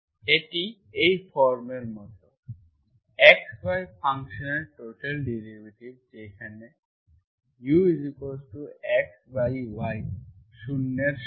এটি এই ফর্মের মতো x y ফাংশনের টোটাল ডেরিভেটিভ যেখানে uxy 0 এর সমান